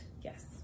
Yes